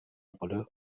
rolle